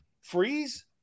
Freeze